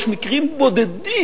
יש מקרים בודדים,